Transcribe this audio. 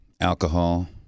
Alcohol